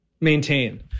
maintain